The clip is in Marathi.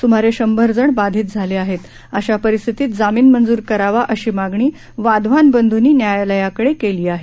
सुमारे शंभर जण बाधित झाले आहेत अशा परिस्थितीत जामीन मंजूर करावा अशी मागणी वाधवान बंधूंनी न्यायालयाकडे केली आहे